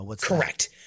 correct